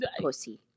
Pussy